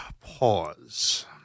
pause